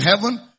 heaven